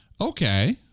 Okay